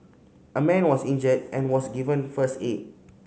a man was injured and was given first aid